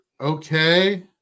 okay